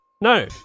No